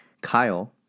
kyle